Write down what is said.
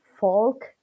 folk